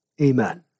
Amen